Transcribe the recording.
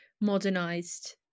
modernized